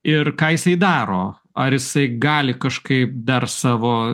ir ką jisai daro ar jisai gali kažkaip dar savo